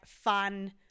fun